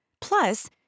Plus